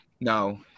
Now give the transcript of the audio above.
No